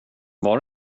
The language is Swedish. var